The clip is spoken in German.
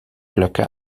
blöcke